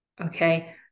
Okay